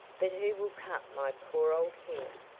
but who will cut my poor old hair?